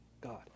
God